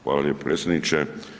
Hvala lijepo predsjedniče.